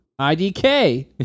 idk